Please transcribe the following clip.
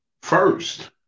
first